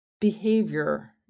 behavior